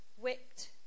whipped